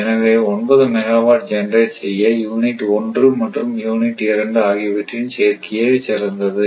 எனவே 9 megawatt generate செய்ய unit 1 மற்றும் யூனிட் 2 ஆகியவற்றின் சேர்க்கையே சிறந்தது